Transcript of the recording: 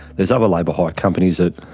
there's other labour hire companies that